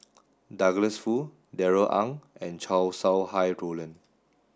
Douglas Foo Darrell Ang and Chow Sau Hai Roland